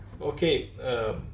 Okay